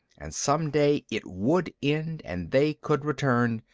and some day it would end and they could return.